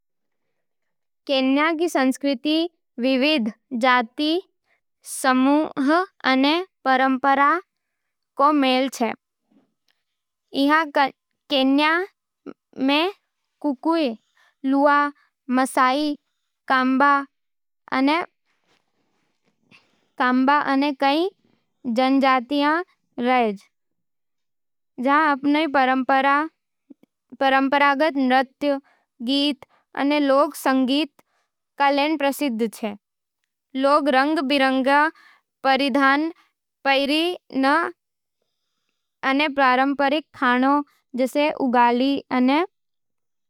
केन्या रो संस्कृति विविध जातीय समूहां अने परंपरावां रो मेल छे। इहाँ केन्या में किकुयू, लूआ, मासाई, काम्बा अने कई जनजातियां रहै, जे अपन परंपरागत नृत्य, गीत अने लोक संगीत सै प्रसिद्ध छे। लोग रंग-बिरंगे परिधान पहरै अने पारंपरिक खाना, जैसे उगाली अने।